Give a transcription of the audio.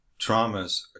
Traumas